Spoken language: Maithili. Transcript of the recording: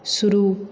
शुरू